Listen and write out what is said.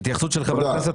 התייחסות של חברי הכנסת.